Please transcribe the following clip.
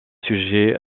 sujet